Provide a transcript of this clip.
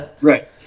right